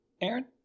Aaron